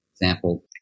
example